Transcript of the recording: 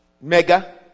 mega